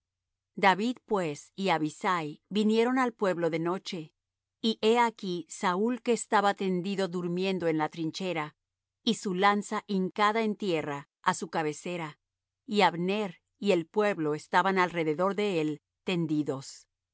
david pues y abisai vinieron al pueblo de noche y he aquí saúl que estaba tendido durmiendo en la trinchera y su lanza hincada en tierra á su cabecera y abner y el pueblo estaban alrededor de él tendidos